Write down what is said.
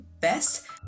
best